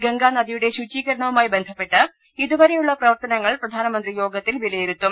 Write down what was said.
ഗംഗാനദിയുടെ ശുചീകരണവുമായിബന്ധപ്പെട്ട് ഇതുവരെയുള്ള പ്രവർത്തനങ്ങൾ പ്രധാനമന്ത്രി യോഗത്തിൽ വിലയിരുത്തും